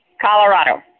Colorado